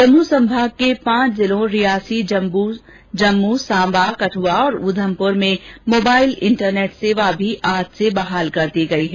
जम्मू संभाग के पांच जिलों रियासी जम्मू सांबा कठुआ और उधमपुर में मोबाइल इंटरनेट सेवा भी आज से बहाल कर दी गई हैं